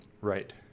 Right